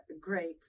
great